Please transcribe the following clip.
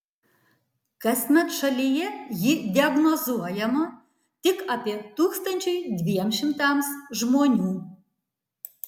kasmet šalyje ji diagnozuojama tik apie tūkstančiui dviem šimtams žmonių